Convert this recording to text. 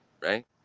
right